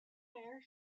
fair